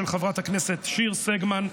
של חברת הכנסת שיר סגמן,